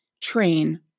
train